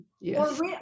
Yes